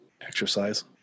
exercise